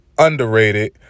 underrated